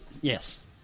Yes